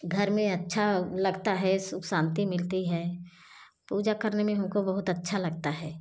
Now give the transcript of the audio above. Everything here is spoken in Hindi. घर में अच्छा लगता है सुख शांति मिलती है पूजा करने में हम को बहुत अच्छा लगता है